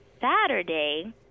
Saturday